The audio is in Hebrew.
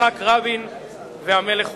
יצחק רבין והמלך חוסיין.